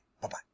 bye-bye